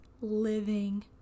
living